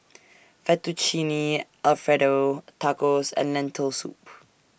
Fettuccine Alfredo Tacos and Lentil Soup